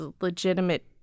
legitimate